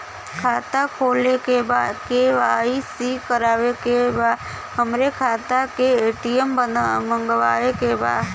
खाता खोले के बा के.वाइ.सी करावे के बा हमरे खाता के ए.टी.एम मगावे के बा?